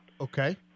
Okay